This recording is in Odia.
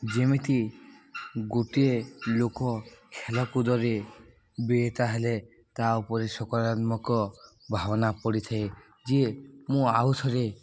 ଯେମିତି ଗୋଟିଏ ଲୋକ ଖେଳକୁଦରେ ବିତା ହେଲେ ତା' ଉପରେ ସକାରାତ୍ମକ ଭାବନା ପଡ଼ିଥାଏ ଯେ ମୁଁ ଆଉଥରେ